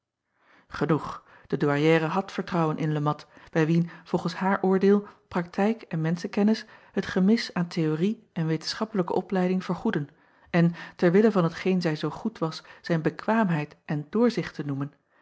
enoeg de ouairière had vertrouwen in e at bij wien volgens haar oordeel praktijk en menschenkennis het gemis aan theorie en wetenschappelijke opleiding vergoedden en ter wille van hetgeen zij zoo goed was zijn bekwaamheid en doorzicht te noemen